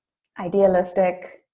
idealistic,